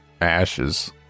ashes